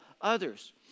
others